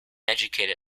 educated